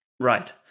Right